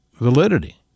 validity